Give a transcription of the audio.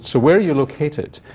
so where are you located?